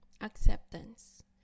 acceptance